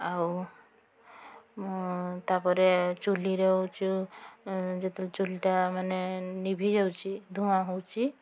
ଆଉ ମୁଁ ତା'ପରେ ଚୁଲିର ଯେଉଁ ଯେତେବେଳେ ଚୁଲିଟା ମାନେ ଲିଭିଯାଉଛି ଧୂଆଁ ହେଉଛି